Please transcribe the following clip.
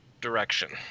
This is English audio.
direction